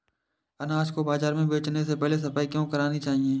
अनाज को बाजार में बेचने से पहले सफाई क्यो करानी चाहिए?